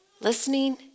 listening